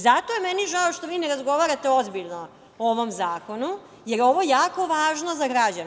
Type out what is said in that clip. Zato je meni žao što vi ne razgovarate ozbiljno o ovom zakonu, jer je ovo jako važno za građane.